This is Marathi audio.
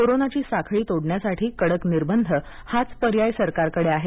कोरोनाची साखळी तोडण्यासाठी कडक निर्बंध हाच पर्याय सरकारकडे आहे